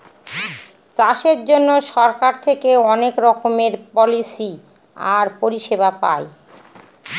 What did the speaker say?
চাষের জন্য সরকার থেকে অনেক রকমের পলিসি আর পরিষেবা পায়